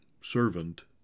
servant